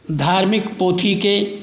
धार्मिक पोथीके